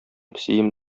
песием